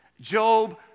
Job